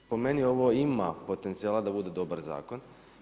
Po meni ovo ima potencijala da bude dobar zakon.